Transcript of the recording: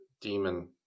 demon